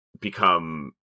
become